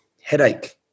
headache